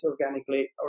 organically